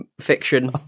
fiction